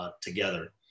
together